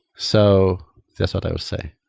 so that's what i would say.